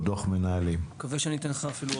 שנה ולא הצליחו לעשות כלום.